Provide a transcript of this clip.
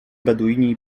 beduini